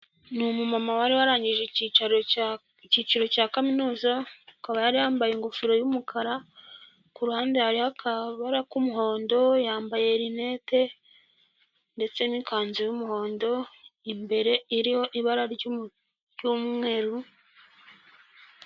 Ni umumama wari warangije ikicaro cya ikiciro cya kaminuza akaba yari yambaye ingofero y'umukara, ku ruhande hariho akabara k'umuhondo, yambaye rinete ndetse n'ikanzu y'umuhondo imbere iriho ibara ry'umweru.